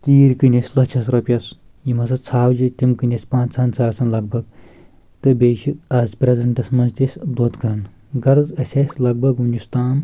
تیٖر کٕنۍ اَسہِ لَچھَس رۄپیَس یِم ہَسا ژھاوجہِ تِم کٕنہِ اَسہِ پانٛژَہَن ساسَن لَگ بَگ تہٕ بیٚیہِ چھِ آز پریزنٹس منٛز تہِ أسۍ دۄد کَن غرٕض اَسہِ ٲسۍ لَگ بَگ وٕنِس تام